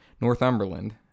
Northumberland